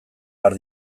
behar